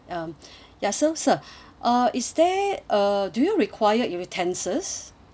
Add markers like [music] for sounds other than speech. um [breath] ya so sir [breath] uh is there uh do you require utensils